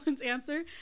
answer